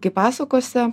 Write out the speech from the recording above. kaip pasakose